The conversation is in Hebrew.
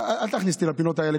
אל תכניס אותי לפינות האלה,